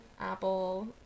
Apple